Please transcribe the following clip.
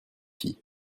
filles